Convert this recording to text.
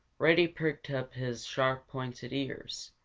reddy pricked up his sharp, pointed ears.